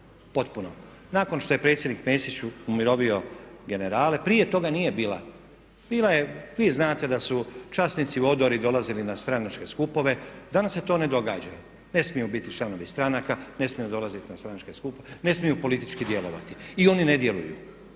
potpuno. Nakon što je predsjednik Mesić umirovio generale, prije toga nije bila, bila je vi znate da su časnici u odori dolazili na stranačke skupove, a danas se to ne događa. Ne smiju biti članovi stranaka, ne smiju dolaziti na stranačke skupove, ne smiju politički djelovati. I oni ne djeluju.